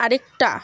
আরেকটা